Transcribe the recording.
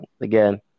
again